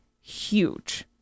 huge